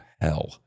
hell